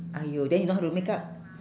!aiyo! then you know how to makeup